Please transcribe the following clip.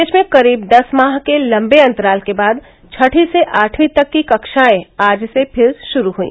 प्रदेश में करीब दस माह के लंबे अंतराल के बाद छठी से आठवीं तक की कक्षाएं आज से फिर शुरू हुई